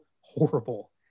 horrible